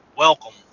Welcome